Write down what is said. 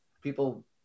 People